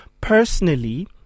Personally